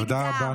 תודה רבה.